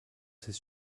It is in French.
ses